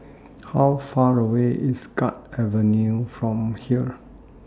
How Far away IS Guards Avenue from here